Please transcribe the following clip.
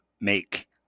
make